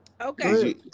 Okay